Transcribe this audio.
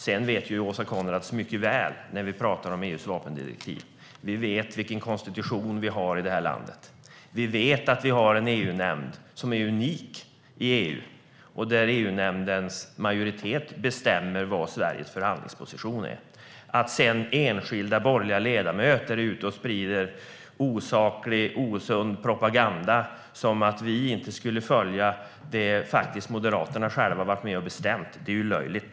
När det gäller EU:s vapendirektiv kan jag säga att Åsa Coenraads mycket väl vet vilken konstitution vi har i det här landet. Vi har en EU-nämnd som är unik i EU. EU-nämndens majoritet bestämmer vilken Sveriges förhandlingsposition ska vara. Att sedan enskilda borgerliga ledamöter är ute och sprider osaklig och osund propaganda, som att vi inte skulle följa det som Moderaterna själva varit med och bestämt, är löjligt.